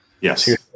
Yes